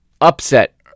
Upset